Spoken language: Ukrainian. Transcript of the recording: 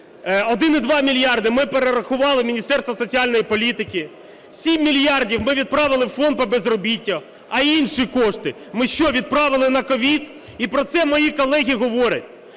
1,2 мільярди ми перерахували в Міністерство соціальної політики, 7 мільярдів ми відправили в Фонд по безробіттю. А інші кошти ми що, відправили на COVID? І про це мої колеги говорять.